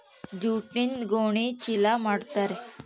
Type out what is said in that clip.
ಜೂಟ್ಯಿಂದ ಗೋಣಿ ಚೀಲ ಮಾಡುತಾರೆ